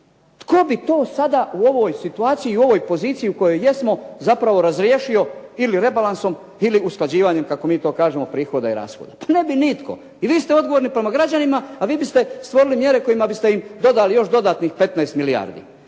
Tko bi to sada u ovom situaciji i u ovoj poziciji u kojoj jesmo zapravo razriješio ili rebalansom ili usklađivanjem kako to mi kažemo, prihoda i rashoda? Ne bi nitko. I vi ste odgovorni prema građanima, a vi biste stvorili mjere kojima biste im dodali još dodatnih 15 milijardi.